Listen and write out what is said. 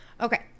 Okay